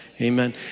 Amen